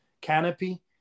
canopy